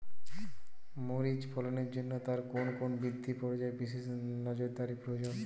মরিচ ফলনের জন্য তার কোন কোন বৃদ্ধি পর্যায়ে বিশেষ নজরদারি প্রয়োজন?